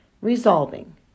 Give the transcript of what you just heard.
resolving